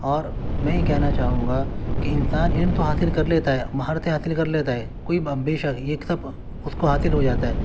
اور میں یہ کہنا چاہوں گا کہ انسان علم تو حاصل کر لیتا ہے مہارتیں حاصل کر لیتا ہے کوئی بے شک یہ سب اس کو حاصل ہو جاتا ہے